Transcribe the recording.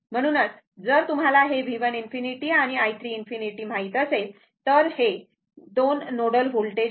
म्हणूनच जर तुम्हाला हे V 1 ∞ आणि i 3 ∞ माहित असेल तर ते हे 2 नोडल व्होल्टेज आहेत